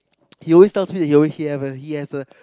he always tells me that he always he have a he has a